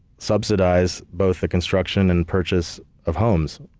subsidize both the construction and purchase of homes.